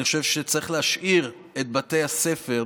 אני חושב שצריך להשאיר את בתי הספר,